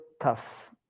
tough